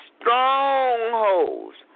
strongholds